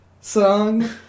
song